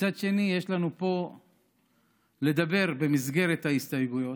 מצד שני, יש לנו פה דיבור במסגרת ההסתייגויות.